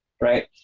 right